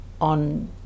on